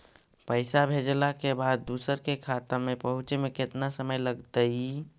पैसा भेजला के बाद दुसर के खाता में पहुँचे में केतना समय लगतइ?